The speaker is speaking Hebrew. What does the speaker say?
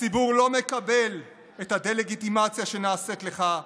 הציבור לא מקבל את הדה-לגיטימציה שנעשית לך,